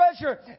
treasure